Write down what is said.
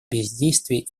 бездействие